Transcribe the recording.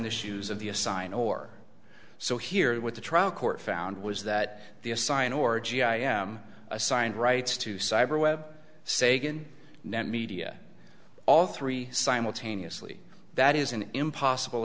the shoes of the assigned or so here with the trial court found was that the assign or g i am assigned rights to cyber web sagan net media all three simultaneously that is an impossible